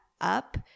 up